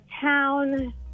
town